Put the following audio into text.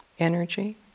energy